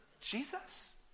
Jesus